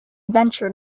ventured